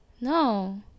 No